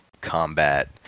combat